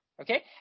Okay